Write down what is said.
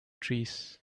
trees